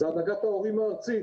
זאת הנהגת ההורים הארצית